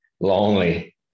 lonely